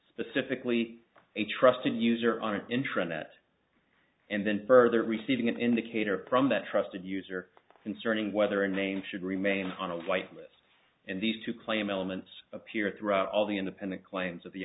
specifically a trusted user on an internet and then further receiving an indicator prom that trusted user concerning whether a name should remain on a white list and these two claim elements appear throughout all the independent claims of the